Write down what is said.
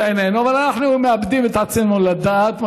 עינינו אבל אנחנו מאבדים את עצמנו לדעת,